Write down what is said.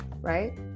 Right